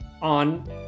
On